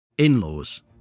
in-laws